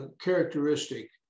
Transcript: characteristic